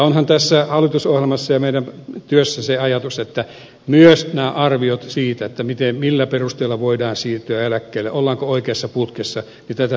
onhan tässä hallitusohjelmassa ja meidän työssämme se ajatus että myös näitä arvioita siitä millä perusteilla voidaan siirtyä eläkkeelle ollaanko oikeassa putkessa tätä työtä tehdään